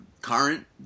current